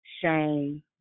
shame